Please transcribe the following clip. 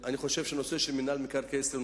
אני חושב שנושא מינהל מקרקעי ישראל הוא